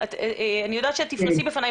אני אסביר.